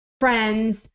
friends